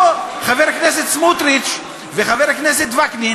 פה חבר הכנסת סמוטריץ וחבר הכנסת וקנין